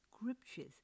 scriptures